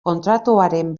kontratuaren